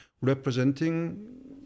representing